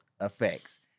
effects